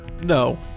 No